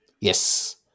Yes